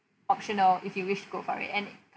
optional if you wished to go for it and